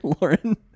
lauren